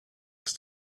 next